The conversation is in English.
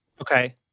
Okay